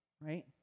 right